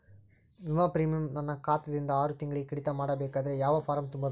ವಿಮಾ ಪ್ರೀಮಿಯಂ ನನ್ನ ಖಾತಾ ದಿಂದ ಆರು ತಿಂಗಳಗೆ ಕಡಿತ ಮಾಡಬೇಕಾದರೆ ಯಾವ ಫಾರಂ ತುಂಬಬೇಕು?